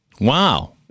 Wow